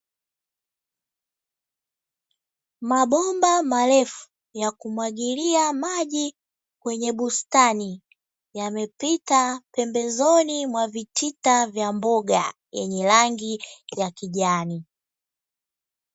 Mabomba marefu ya kumwagilia maji kwenye bustani, yamepita pembezoni mwa vitita vya mboga yenye rangi ya kijani.